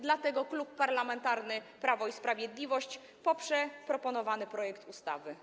Dlatego Klub Parlamentarny Prawo i Sprawiedliwość poprze proponowany projekt ustawy.